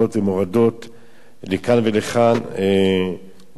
לכאן ולכאן, וכל פעם שהנושא עלה,